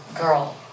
girl